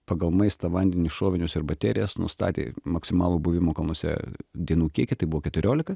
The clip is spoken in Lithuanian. pagal maistą vandenį šovinius ir baterijas nustatė maksimalų buvimo kalnuose dienų kiekį tai buvo keturiolika